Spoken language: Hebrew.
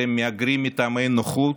אתם מהגרים מטעמי נוחות,